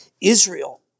Israel